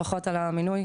ברכות על המינוי,